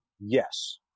Yes